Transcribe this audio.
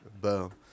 Boom